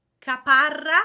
Caparra